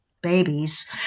babies